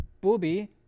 Booby